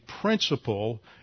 principle